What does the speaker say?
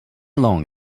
long